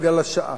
בגלל השעה.